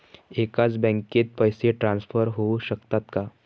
एकाच बँकेत पैसे ट्रान्सफर होऊ शकतात का?